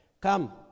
come